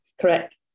Correct